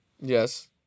Yes